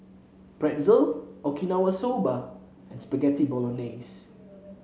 Pretzel Okinawa Soba and Spaghetti Bolognese